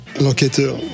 L'enquêteur